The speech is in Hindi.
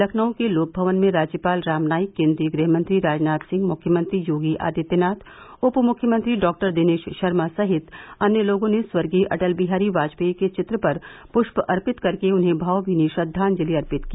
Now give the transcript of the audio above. लखनऊ के लोकभवन में राज्यपाल राम नाईक केन्द्रीय गृहमंत्री राजनाथ सिंह मुख्यमंत्री योगी आदित्यनाथ उपमुख्यमंत्री डॉक्टर दिनेश शर्मा सहित अन्य लोगों ने स्वर्गीय अटल बिहारी वाजपेयी के चित्र पर पुष्प अर्पित करके उन्हें भावमीनी श्रद्वांजलि अर्पित की